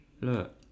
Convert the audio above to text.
Look